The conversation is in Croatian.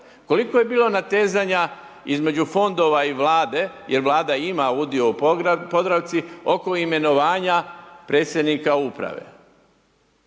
koliko je bilo natezanja između fondova i Vlade, jer Vlada ima udio u Podravci oko imenovanja predsjednika uprave,